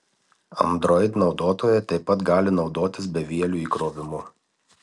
android naudotojai taip pat gali naudotis bevieliu įkrovimu